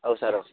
औ सार औ